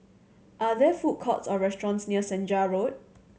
are there food courts or restaurants near Senja Road